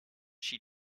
she